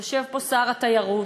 יושב פה שר התיירות,